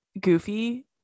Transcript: goofy